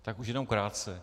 Tak už jenom krátce.